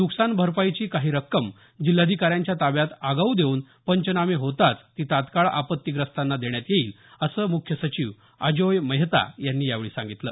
नुकसान भरपाईची काही रक्कम जिल्हाधिकाऱ्यांच्या ताब्यात आगाऊ देऊन पंचनामे होताच ती तात्काळ आपत्तीग्रस्तांना देण्यात येईल असं मुख्य सचिव अजोय मेहता यांनी यावेळी सांगितलं